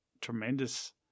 tremendous